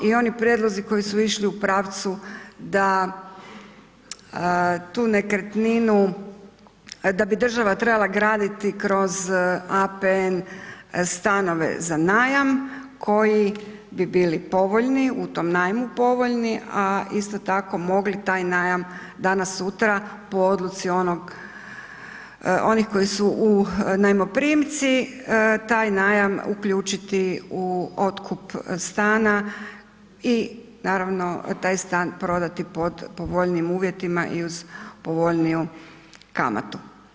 I oni prijedlozi koji su išli u pravcu da tu nekretninu, da bi država trebala graditi kroz APN stanove za najam koji bi bili povoljni, u tom najmu povoljni, a isto tako mogli taj najam danas sutra po odluci onog, onih koji su najmoprimci, taj najam uključiti u otkup stana i naravno taj stan prodati po povoljnijim uvjetima i uz povoljniju kamatu.